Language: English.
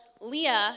Leah